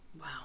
Wow